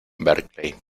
berkeley